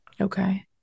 Okay